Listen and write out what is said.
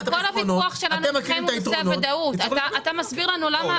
אבל כל הוויכוח שלנו איתכם הוא נושא הוודאות.